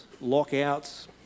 lockouts